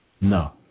No